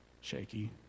shaky